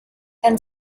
and